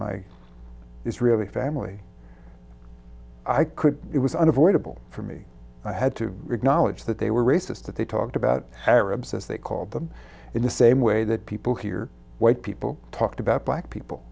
my israeli family i could it was unavoidable for me i had to acknowledge that they were racist that they talked about arabs as they called them in the same way that people here white people talked about black people